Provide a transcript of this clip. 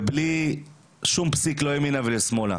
ובלי שום פסיק לא ימינה ולא שמאלה